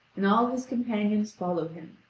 and all his companions follow him,